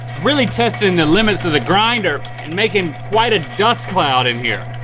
really testing the limits of the grinder and making quite a dust cloud in here.